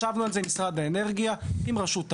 ישבנו על זה עם משרד האנרגיה, עם רשות המים.